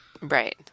Right